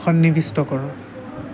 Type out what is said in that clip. সন্নিৱিষ্ট কৰোঁ